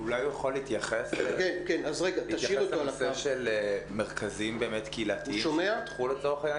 אולי הוא יכול להתייחס לנושא של מרכזים קהילתיים שייפתחו לצורך העניין.